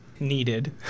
needed